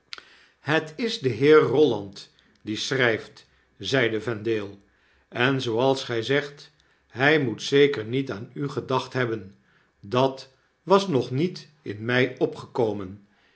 het is de heer eolland die schrijft zeide vendale en zooals gy zegt hy moet zeker niet aan u gedacht hebben dat was nog niet in my opgekomen